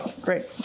Great